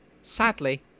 Sadly